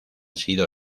sido